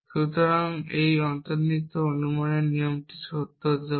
সুতরাং এই অন্তর্নিহিত অনুমানের নিয়মটি সত্য হতে হবে